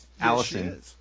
Allison